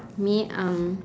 me um